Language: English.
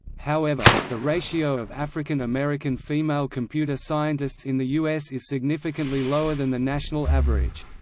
however, the ratio of african american female computer scientists in the us is significantly lower than the national average.